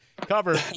cover